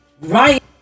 right